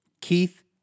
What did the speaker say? Keith